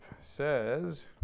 says